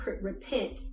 repent